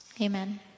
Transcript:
Amen